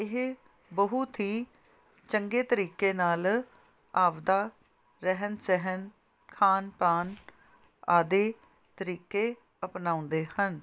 ਇਹ ਬਹੁਤ ਹੀ ਚੰਗੇ ਤਰੀਕੇ ਨਾਲ ਆਪਦਾ ਰਹਿਣ ਸਹਿਣ ਖਾਣ ਪਾਨ ਆਦਿ ਤਰੀਕੇ ਅਪਣਾਉਂਦੇ ਹਨ